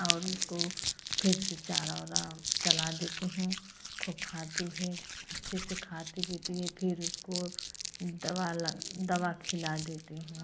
और उसको फिर से चारा आरा चला देती हूँ को खाती हैं अच्छे से खाती पीती है फिर उसको दवा ला दवा खिला देती हूँ